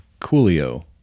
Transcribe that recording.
Coolio